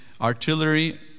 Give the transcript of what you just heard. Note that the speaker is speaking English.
artillery